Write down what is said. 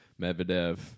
Medvedev